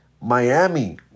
Miami